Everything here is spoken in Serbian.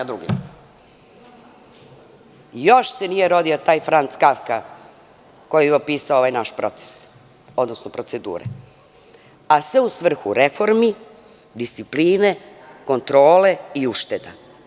Još se nije rodio taj Franc Kafka koji bi opisao ovaj naš proces, odnosno procedure, a sve u svrhu reformi, discipline, kontrole i ušteda.